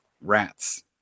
rats